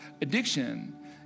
Addiction